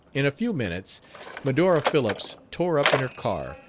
in a few minutes medora phillips tore up in her car,